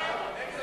ההצעה